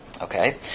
Okay